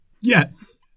Yes